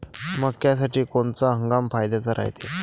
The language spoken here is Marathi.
मक्क्यासाठी कोनचा हंगाम फायद्याचा रायते?